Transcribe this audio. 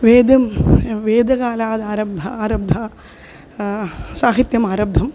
वेदः वेदकालादारब्धं आरब्धं साहित्यम् आरब्धम्